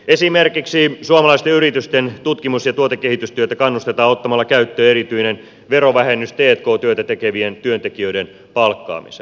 esimerkiksi suomalaisten yritysten tutkimus ja tuotekehitystyötä kannustetaan ottamalla käyttöön erityinen verovähennys t k työtä tekevien työntekijöiden palkkaamiseen